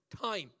time